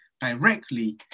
directly